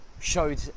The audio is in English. showed